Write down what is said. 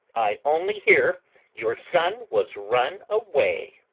i only hear your son was run away.